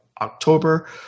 October